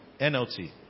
NLT